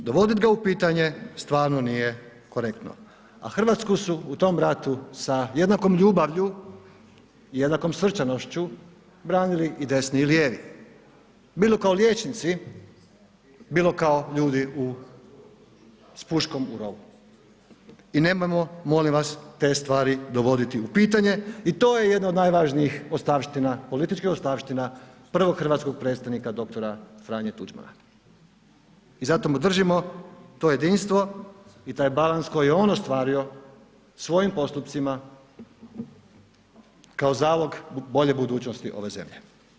Dovodit ga u pitanje stvarno nije korektno a u Hrvatsku su u tom ratu sa jednakom ljubavlju i jednakom srčanošću branili i desni i lijevi, bilo kao liječnici, bilo kao ljudi s puškom u rovu i nemojmo molim vas te stvari dovoditi u pitanje i to je jedno od najvažnijih ostavština, političkih ostavština prvog hrvatskog Predsjednika dr. Franje Tuđmana i zato mu držimo to jedinstvo i taj balans koji je on ostvario svojim postupcima kao zalog bolje budućnosti ove zemlje.